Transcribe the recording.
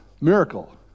miracle